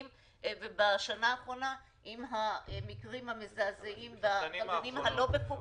ובשנה האחרונה עם המקרים המזעזעים בגנים הלא מפוקחים.